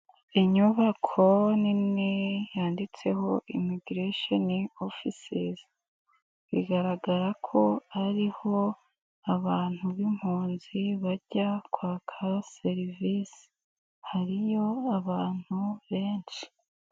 Inyuba ko nini yanditseho imigirshoni ofisezi, bigaragara ko ariho abantu b'impunzi bajya kwaka serivisi, hariyo abantu benshi.